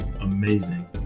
amazing